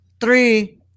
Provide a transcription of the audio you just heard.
three